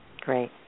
great